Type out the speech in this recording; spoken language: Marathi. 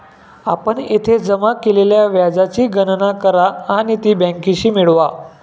आपण येथे जमा केलेल्या व्याजाची गणना करा आणि ती बँकेशी मिळवा